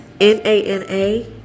NANA